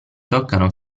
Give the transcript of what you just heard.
toccano